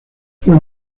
fue